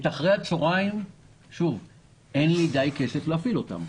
באחרי הצוהריים אין לי די כסף להפעיל אותם,